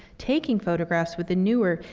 taking photographs with the newer,